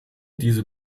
diese